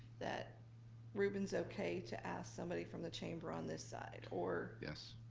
that ruben's okay to ask somebody from the chamber on this side or? yes.